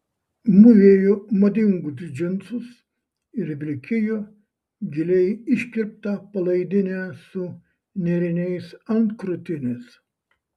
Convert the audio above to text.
mūvėjo madingus džinsus ir vilkėjo giliai iškirptą palaidinę su nėriniais ant krūtinės